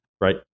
Right